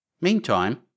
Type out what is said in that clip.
Meantime